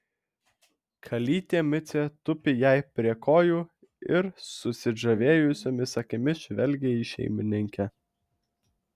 kalytė micė tupi jai prie kojų ir susižavėjusiomis akimis žvelgia į šeimininkę